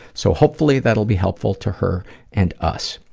so hopefully that'll be helpful to her and us.